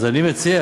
אז אני מציע,